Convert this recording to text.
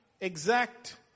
exact